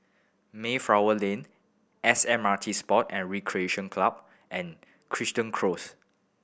Mayflower Lane S M R T Sports and Recreation Club and Crichton Close